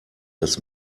das